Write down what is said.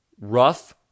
rough